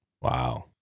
Wow